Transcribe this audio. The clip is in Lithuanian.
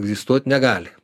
egzistuot negali